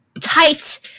tight